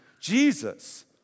Jesus